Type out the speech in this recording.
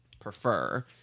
prefer